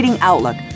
Outlook